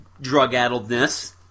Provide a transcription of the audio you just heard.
drug-addledness